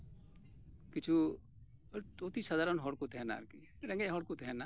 ᱠᱤᱪᱷᱩ ᱚᱛᱳ ᱥᱟᱫᱷᱟᱨᱚᱱ ᱦᱚᱲ ᱠᱚ ᱛᱟᱦᱮᱱᱟ ᱟᱨᱠᱤ ᱨᱮᱸᱜᱮᱡ ᱦᱚᱲ ᱠᱚ ᱛᱟᱦᱮᱱᱟ